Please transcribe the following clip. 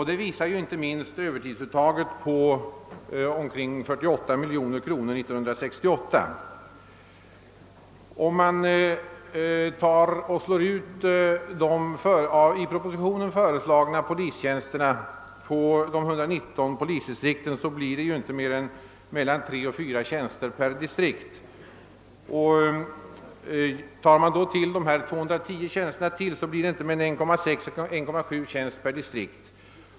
Det visar ju inte minst övertidsuttaget på omkring 48 miljoner kronor 1968. Om de i propositionen föreslagna polistjänsterna slås ut på de 119 polisdistrikten blir det inte mer än tre—fyra tjänster per distrikt. Räknar man sedan med de i reservationen avsedda 210 tjänsterna blir det inte mer än 1,6— 1,7 tjänster per distrikt.